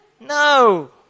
No